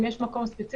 אם יש מקום ספציפי,